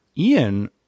Ian